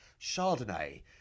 Chardonnay